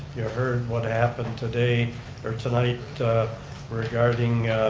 you heard what happened today or tonight regarding